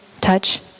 touch